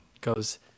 goes